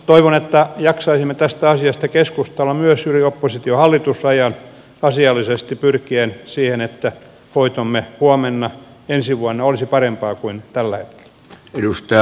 toivon että jaksaisimme tästä asiasta keskustella myös yli oppositiohallitus rajan asiallisesti pyrkien siihen että hoitomme huomenna ensi vuonna olisi parempaa kuin tällä hetkellä